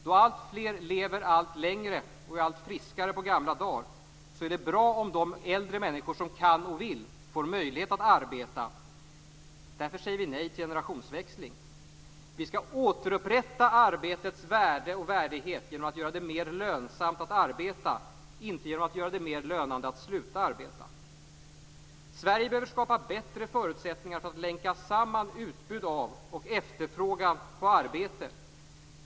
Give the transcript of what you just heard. Då alltfler lever allt längre och är allt friskare på gamla dar är det bra om de äldre människor som kan och vill arbeta, får möjlighet att göra det. Därför säger vi nej till generationsväxling. Vi skall återupprätta arbetets värde och värdighet genom att göra det mer lönsamt att arbeta, inte genom att göra det mer lönande att sluta arbeta. Sverige behöver skapa bättre förutsättningar för att länka samman utbud av och efterfrågan på arbete.